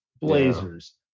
Blazers